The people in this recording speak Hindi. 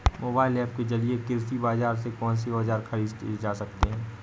मोबाइल ऐप के जरिए कृषि बाजार से कौन से औजार ख़रीदे जा सकते हैं?